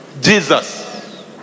Jesus